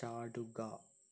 ചാടുക